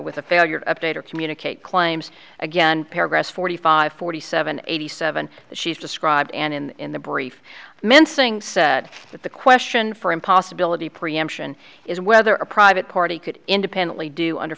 with a failure to update or communicate claims again paragraph forty five forty seven eighty seven she's described and in the brief mensing said that the question for him possibility preemption is whether a private party could independently do under